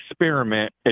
experiment